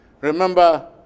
remember